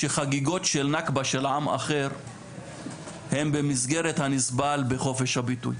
שחגיגות של נכבה של עם אחר הן במסגרת הנסבל בחופש הביטוי.